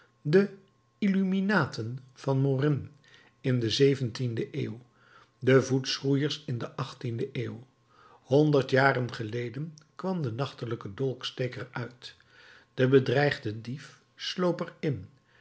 de illuminaten van morin in de zeventiende eeuw de voetschroeiers in de achttiende eeuw honderd jaren geleden kwam de nachtelijke dolksteek er uit de bedreigde dief sloop er in